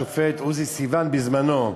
השופט עוזי סיון בזמנו,